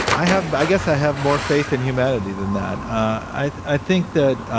i have i guess i have more faith in humanity than that. i think that